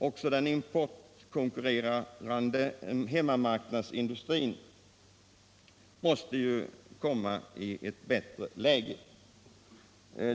Också den importkonkurrerande hemmamarknadsindustrin måste komma i ett bättre läge.